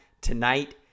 tonight